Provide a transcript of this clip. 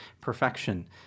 perfection